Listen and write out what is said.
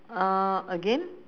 uh again